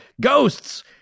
Ghosts